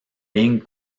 ligne